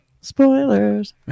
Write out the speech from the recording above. spoilers